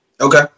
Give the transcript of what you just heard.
Okay